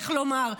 איך לומר.